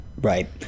Right